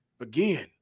Again